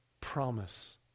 promise